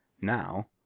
Now